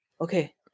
okay